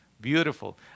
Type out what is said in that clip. Beautiful